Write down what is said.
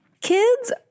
Kids